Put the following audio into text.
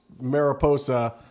Mariposa